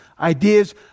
ideas